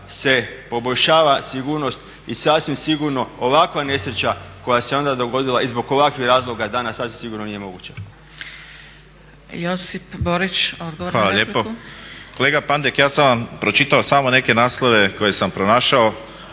se poboljšava sigurnost i sasvim sigurno ovakva nesreća koja se onda dogodila i zbog ovakvih razloga danas sasvim sigurno nije moguća. **Zgrebec, Dragica (SDP)** Josip Borić, odgovor na repliku. **Borić, Josip (HDZ)** Hvala lijepo. Kolega Pandek ja sam vam pročitao samo neke naslove koje sam pronašao,